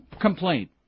complaint